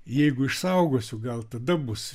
jeigu išsaugosiu gal tada bus